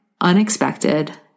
unexpected